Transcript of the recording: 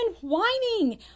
whining